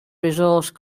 resource